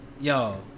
Yo